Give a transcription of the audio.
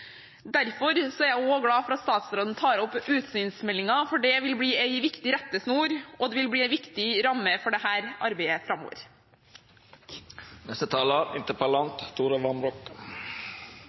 er jeg også glad for at statsråden tar opp utsynsmeldingen, for den vil bli en viktig rettesnor, og den vil bli en viktig ramme for dette arbeidet framover.